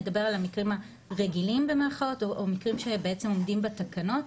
נדבר על המקרים ה"רגילים" או מקרים שבעצם עומדים בתקנות,